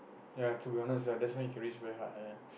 ya to be honest ah that's why you can reach very hard uh